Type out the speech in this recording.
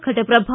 Ghataprabha